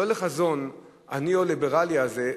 לא לחזון הניאו-ליברלי הזה,